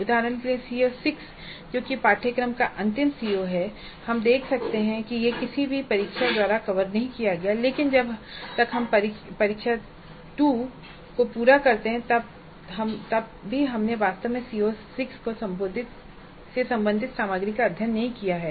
उदाहरण के लिए CO6 जो कि पाठ्यक्रम का अंतिम CO है हम देख सकते हैं कि यह किसी भी परीक्षण द्वारा कवर नहीं किया गया है क्योंकि जब तक हम परीक्षण 2 को पूरा करते हैं तब भी हमने वास्तव में CO6 से संबंधित सामग्री का अध्ययन नही किया है